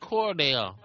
Cordell